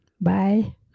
Bye